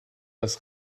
das